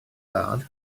wlad